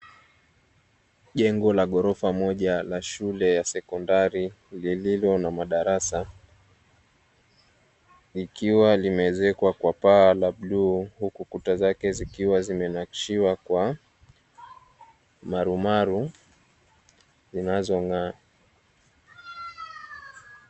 Jengo la ghorofa moja la shule ya sekondari lililo na madarasa, ikiwa limeezekwa kwa paa la bluu huku kuta zake zikiwa zimenakshiwa kwa marumaru zinazong'aa.